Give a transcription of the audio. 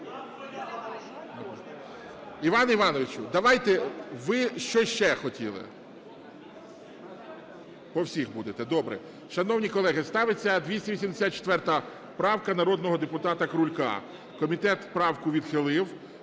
Іване Івановичу, давайте, ви що ще хотіли? По всіх будете? Добре. Шановні колеги, ставиться 284 правка народного депутата Крулька, комітет правку відхилив.